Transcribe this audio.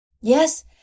Yes